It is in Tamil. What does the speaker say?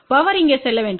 பவர் இங்கே செல்ல வேண்டும்